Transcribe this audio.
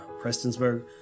Prestonsburg